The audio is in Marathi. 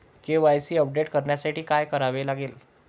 के.वाय.सी अपडेट करण्यासाठी काय करावे लागेल?